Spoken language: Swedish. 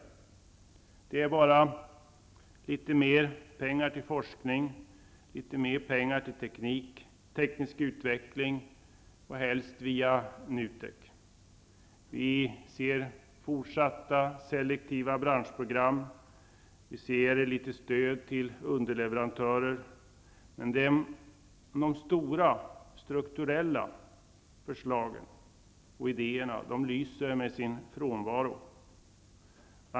Det handlar bara om litet mer pengar till forskning, teknik och teknisk utveckling. Det skall helst ske via NUTEK. Vi ser fortsatta selektiva branschprogram och litet stöd till underleverantörer, men de stora strukturella förslagen och idéerna lyser med sin frånvaro.